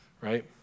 right